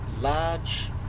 large